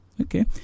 okay